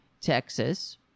Texas